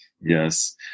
Yes